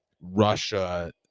Russia